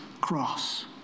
cross